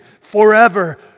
forever